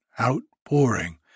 outpouring